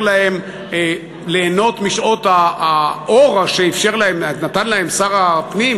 להם ליהנות משעות האור שנתן להם שר הפנים.